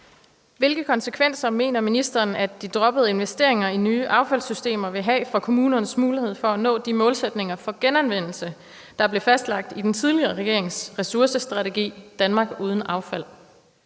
Hvilke konsekvenser mener ministeren at de droppede investeringer i nye affaldssystemer vil have for kommunernes mulighed for at nå de målsætninger for genanvendelse, der blev fastlagt i den tidligere regerings ressourcestrategi »Danmark uden affald«?